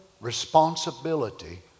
responsibility